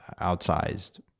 outsized